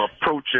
approaching